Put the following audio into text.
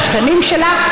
לשכנים שלה.